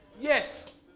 Yes